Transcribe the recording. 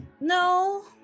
No